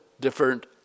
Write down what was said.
different